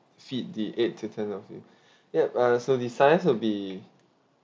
fit the eight to ten of it yup so the size will be